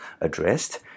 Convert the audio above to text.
addressed